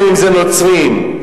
אם נוצרים.